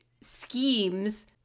schemes